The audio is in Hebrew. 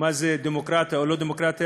מה זה דמוקרטיה או לא דמוקרטיה,